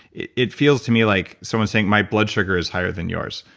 it feels to me like, someone saying my blood sugar is higher than yours,